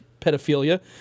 pedophilia